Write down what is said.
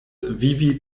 vivi